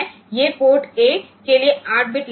તેથી આ port A માટે 8 બીટ લાઇન્સ છે